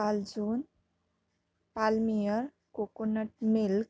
पालजून palmyra coconut milk